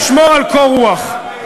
שמור על קור רוח.